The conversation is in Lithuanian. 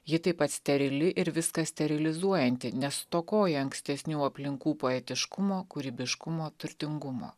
ji taip pat sterili ir viską sterilizuojanti nes stokoja ankstesnių aplinkų poetiškumo kūrybiškumo turtingumo